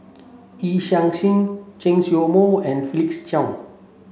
Yee Chia Hsing Chen Show Mao and Felix Cheong